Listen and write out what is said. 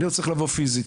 אני צריך לבוא פיזית,